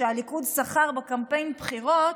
שהליכוד שכר בקמפיין הבחירות,